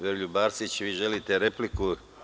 Veroljube Arsić, vi želite repliku?